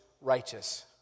righteous